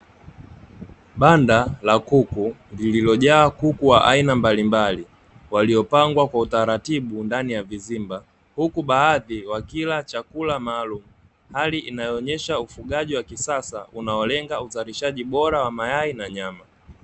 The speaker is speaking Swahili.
Banda la kuku lililojaa kuku wa aina mbalimbali, waliopangwa kwa utaratibu ndani ya vizimba huku baadhi wakila chakula maalumu, hali inayoonyesha ufugaji wa kisasa, unaolenga uzalishaji bora wa mayai na nyama.